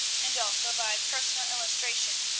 and also by personal illustration,